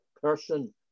person